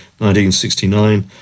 1969